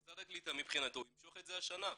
משרד הקליטה מבחינתו ימשוך את זה השנה.